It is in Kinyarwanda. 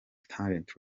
talent